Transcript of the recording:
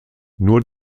nur